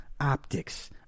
optics